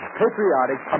patriotic